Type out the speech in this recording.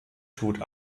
tut